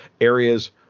areas